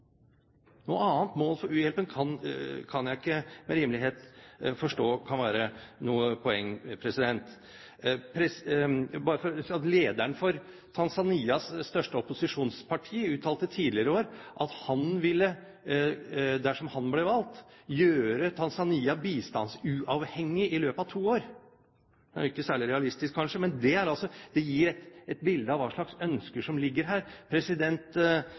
Noe annet mål for u-hjelpen kan jeg ikke med rimelighet forstå kan være noe poeng. Lederen for Tanzanias største opposisjonsparti uttalte tidligere i år at dersom han ble valgt, ville han gjøre Tanzania bistandsuavhengig i løpet av to år. Det er ikke særlig realistisk, kanskje, men det gir et bilde av hva slags ønsker som ligger her. President